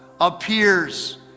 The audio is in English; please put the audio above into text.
appears